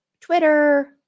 Twitter